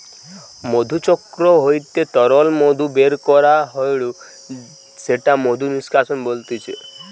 মধুচক্র হইতে তরল মধু বের করা হয়ঢু সেটা মধু নিষ্কাশন বলতিছে